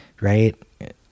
right